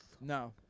No